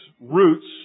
roots